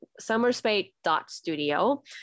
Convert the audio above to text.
summerspace.studio